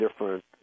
different